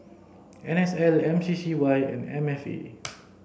N S L M C C Y and M F A